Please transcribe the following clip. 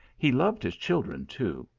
he loved his children too,